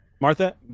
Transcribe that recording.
Martha